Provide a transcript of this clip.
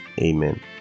Amen